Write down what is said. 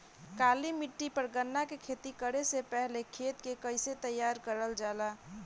काली मिट्टी पर गन्ना के खेती करे से पहले खेत के कइसे तैयार करल जाला?